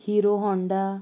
Hero Honda